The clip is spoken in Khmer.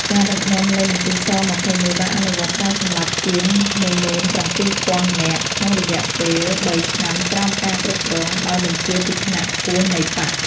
ការដឹកនាំនៃមន្ទីរស-២១បានអនុវត្តការសម្លាប់ជាង ១៧,០០០ នាក់ ក្នុងរយៈពេលបីឆ្នាំក្រោមការគ្រប់គ្រងដោយបញ្ជាពីថ្នាក់ខ្ពស់នៃបក្ស។